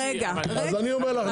אני אומר לך,